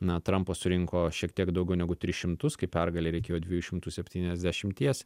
na trampas surinko šiek tiek daugiau negu tris šimtus kai pergalei reikėjo dviejų šimtų septyniasdešimties